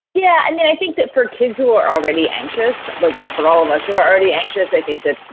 yeah, i mean, i think that for kids who are already anxious, like for all of us who are already anxious, i think that,